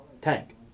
Tank